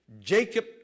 Jacob